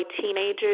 teenagers